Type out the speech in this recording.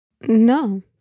No